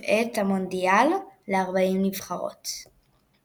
ארצות הברית אירחה בעבר את